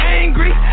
angry